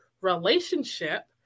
relationship